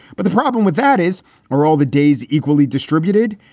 but the problem with that is we're all the days equally distributed.